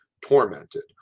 tormented